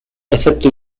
excepto